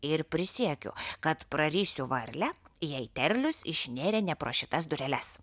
ir prisiekiu kad prarysiu varlę jei terlius išnėrė ne pro šitas dureles